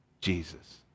Jesus